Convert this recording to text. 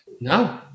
no